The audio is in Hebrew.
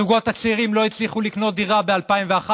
הזוגות הצעירים לא הצליחו לקנות דירה ב-2011,